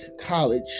college